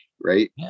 right